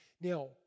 Now